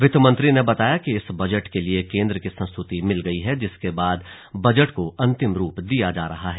वित्त मंत्री ने बताया कि इस बजट के लिए केंद्र की संस्तृति मिल गयी है जिसके बाद बजट को अंतिम रूप दिया जा रहा है